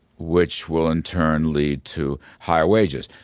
which will in turn lead to higher wages.